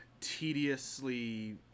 tediously